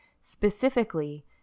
Specifically